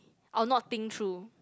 I'll not think through